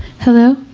hello. oh,